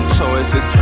choices